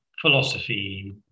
philosophy